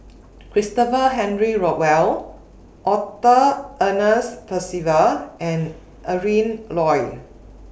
Christopher Henry Rothwell Arthur Ernest Percival and Adrin Loi